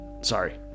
Sorry